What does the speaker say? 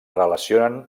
relacionen